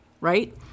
right